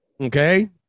okay